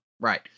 Right